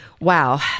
wow